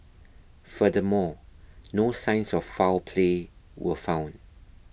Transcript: furthermore no signs of foul play were found